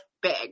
big